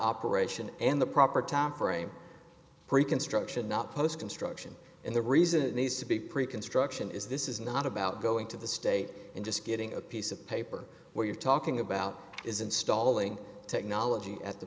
operation and the proper time frame reconstruction not post construction and the reason it needs to be pre construction is this is not about going to the state and just getting a piece of paper where you're talking about is installing technology at the